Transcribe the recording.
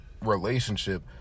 relationship